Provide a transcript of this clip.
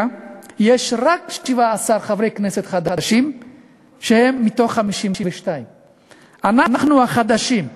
יש רק 17 חברי כנסת חדשים מתוך 52. אנחנו החדשים,